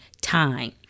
time